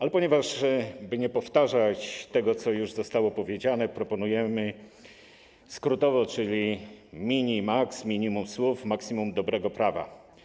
Ale by nie powtarzać tego, co już zostało powiedziane, proponujemy skrótowo, czyli: mini, maks - minimum słów, maksimum dobrego prawa.